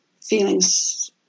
feelings